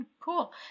Cool